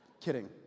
kidding